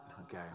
okay